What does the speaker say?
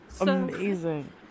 Amazing